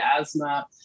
asthma